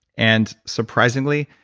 and surprisingly,